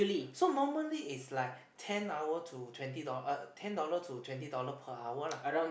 so normally is like ten hour to twenty dollar uh ten dollar to twenty dollar per hour lah